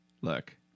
Look